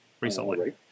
recently